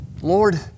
Lord